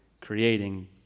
creating